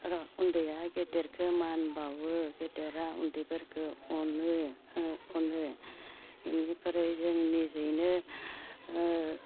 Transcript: र' उन्दैया गेदेरखौ मान बावो गेदेरा उन्दैफोरखौ अनो ओ अनो इनिफ्राइ जों निजेनो ओ